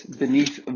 beneath